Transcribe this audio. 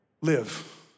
live